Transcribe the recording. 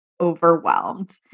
overwhelmed